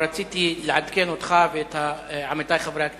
אבל רציתי לעדכן אותך ואת עמיתי חברי הכנסת.